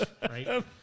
right